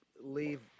leave